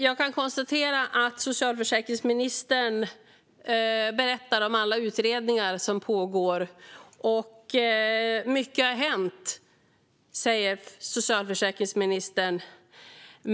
Jag kan konstatera att socialförsäkringsministern berättar om alla utredningar som pågår. Mycket har hänt, säger hon.